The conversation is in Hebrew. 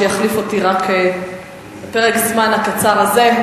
שיחליף אותי רק לפרק הזמן הקצר הזה,